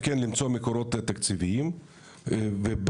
כן למצוא מקורות תקציביים וב',